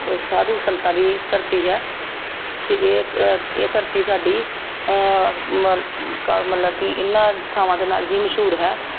ਸਾਧੂ ਸੰਤਾਂ ਦੀ ਧਰਤੀ ਹੈ ਅਤੇ ਇਹ ਇੱਕ ਇਹ ਧਰਤੀ ਸਾਡੀ ਮਤਲਬ ਕਿ ਇਹਨਾਂ ਥਾਵਾਂ ਦੇ ਨਾਲ ਹੀ ਮਸ਼ਹੂਰ ਹੈ